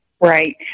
Right